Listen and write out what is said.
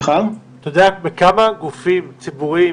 אתה יודע כמה גופים ציבוריים